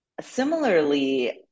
similarly